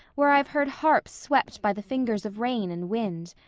where i've heard harps swept by the fingers of rain and wind.